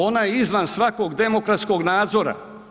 Ona je izvan svakog demokratskog nadzora.